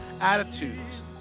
attitudes